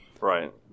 Right